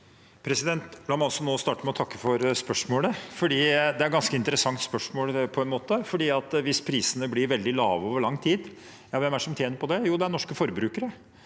La meg også nå starte med å takke for spørsmålet. Det er på en måte et ganske interessant spørsmål, for hvis prisene blir veldig lave over lang tid, hvem er det som tjener på det? Jo, det er norske forbrukere